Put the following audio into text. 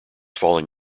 falling